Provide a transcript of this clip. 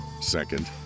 Second